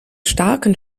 starken